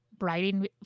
Writing